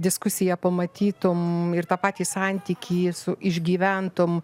diskusiją pamatytum ir tą patį santykį su išgyventum